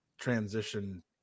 transition